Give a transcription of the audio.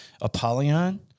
Apollyon